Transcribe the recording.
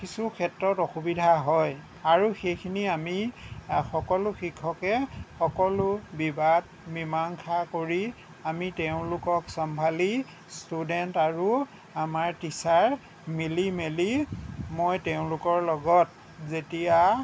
কিছু ক্ষেত্ৰত অসুবিধা হয় আৰু সেইখিনি আমি সকলো শিক্ষকে সকলো বিবাদ মিমাংসা কৰি আমি তেওঁলোকক চম্ভালি ষ্টুডেণ্ট আৰু আমাৰ টিচাৰ মিলি মেলি মই তেওঁলোকৰ লগত যেতিয়া